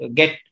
get